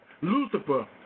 Lucifer